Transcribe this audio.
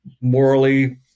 morally